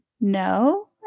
no